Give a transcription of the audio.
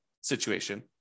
situation